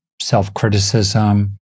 self-criticism